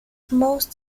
most